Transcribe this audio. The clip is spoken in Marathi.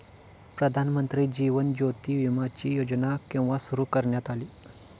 प्रधानमंत्री जीवन ज्योती विमाची योजना केव्हा सुरू करण्यात आली?